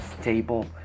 stable